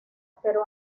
pero